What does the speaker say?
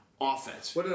offense